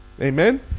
Amen